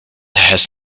has